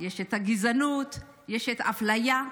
יש גזענות ויש אפליה,